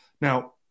Now